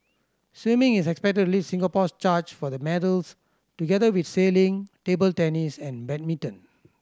swimming is expected lead Singapore's charge for the medals together with sailing table tennis and badminton